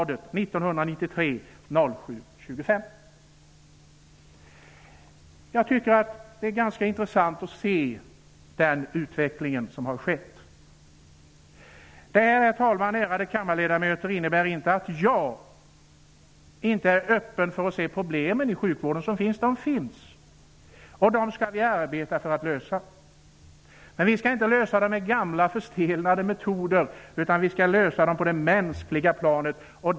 Det är ganska intressant att se på den utveckling som har skett. Det här, herr talman och ärade kammarledamöter, innebär inte att jag inte är öppen för att se de problem som finns inom sjukvården -- sådana finns, och vi skall arbeta för att lösa dem. Men vi skall inte lösa dem med gamla förstelnade metoder, utan vi skall lösa dem på det mänskliga planet.